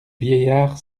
vieillard